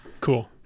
Cool